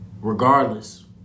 Regardless